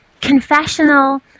confessional